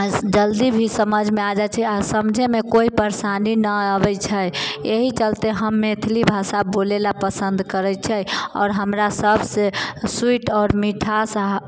जल्दी भी समझमे आ जाइ छै आओर समझैमे कोइ परेशानी नहि अबै छै एहि चलते हम मैथिली भाषा बोलैलए पसन्द करै छै आओर हमरा सबसँ स्वीट आओर मिठास